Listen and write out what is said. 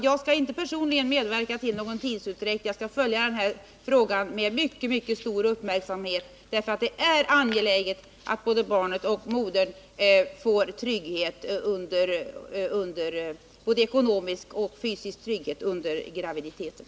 Jag skall inte personligen medverka till någon tidsutdräkt — jag skall följa den här frågan med mycket stor uppmärksamhet. Det är angeläget att barnet och modern får ekonomisk och fysisk trygghet under graviditeten.